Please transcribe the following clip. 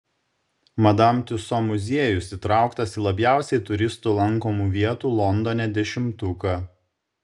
madam tiuso muziejus įtrauktas į labiausiai turistų lankomų vietų londone dešimtuką